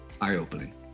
eye-opening